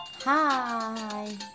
Hi